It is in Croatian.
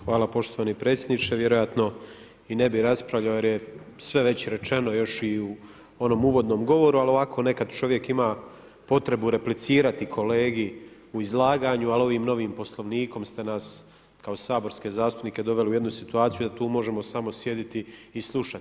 Hvala poštovani predsjedniče, vjerojatno i ne bi raspravljao jer je sve već rečeno još i u onom uvodnom govoru, ali ovako nekad čovjek ima potrebu replicirati kolegi u izlaganju, ali ovim novim poslovnikom ste nas, kao saborske zastupnike doveli u jednu situaciju da tu možemo samo sjediti i slušat.